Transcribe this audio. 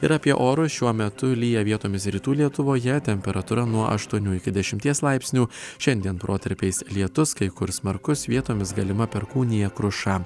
ir apie orus šiuo metu lyja vietomis rytų lietuvoje temperatūra nuo aštuonių iki dešimties laipsnių šiandien protarpiais lietus kai kur smarkus vietomis galima perkūnija kruša